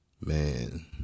man